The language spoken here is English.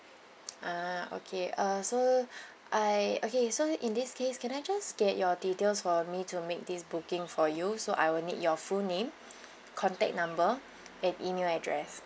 ah okay uh so I okay so in this case can I just get your details for me to make this booking for you so I will need your full name contact number and email address